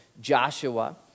joshua